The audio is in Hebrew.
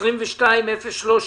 22-013